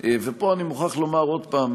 פה אני מוכרח לומר עוד פעם,